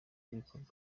ibikorwa